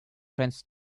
friends